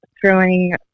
throwing